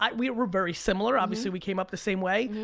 um we're we're very similar. obviously, we came up the same way.